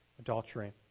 adultery